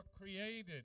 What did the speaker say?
created